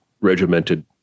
regimented